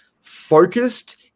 focused